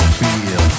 feel